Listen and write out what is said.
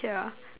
ya